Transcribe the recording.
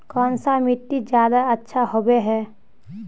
कौन सा मिट्टी ज्यादा अच्छा होबे है?